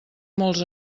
molts